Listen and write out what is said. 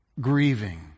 grieving